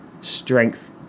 strength